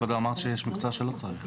אבל קודם אמרת שיש מקצועות שלא צריך.